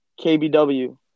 KBW